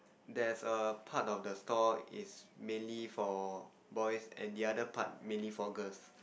there's a part of the store is mainly for boys and the other part mainly for girls